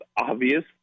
obvious